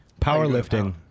powerlifting